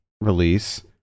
release